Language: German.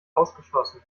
ausgeschlossen